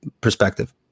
perspective